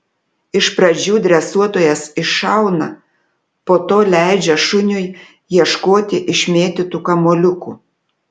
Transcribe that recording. iš pradžių dresuotojas iššauna po to leidžia šuniui ieškoti išmėtytų kamuoliukų